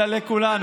רם, דבר כבר.